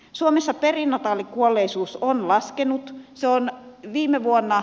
suomessa perinataalikuolleisuus on laskenut se oli viime vuonna